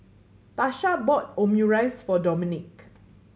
Tasha bought Omurice for Domenick